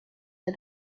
der